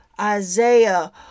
Isaiah